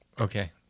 Okay